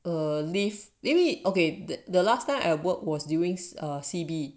eh lift maybe okay the the last time I work was during C_B